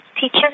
teacher